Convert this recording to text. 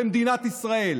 במדינת ישראל.